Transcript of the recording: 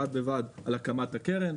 בד בבד על הקמת הקרן.